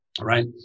Right